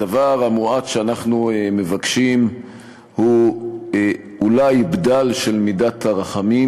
הדבר המועט שאנחנו מבקשים הוא אולי בדל של מידת הרחמים,